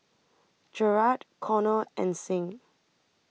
Jerrad Conner and Signe